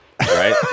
right